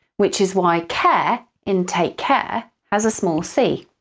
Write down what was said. which is why care in take care has a small c.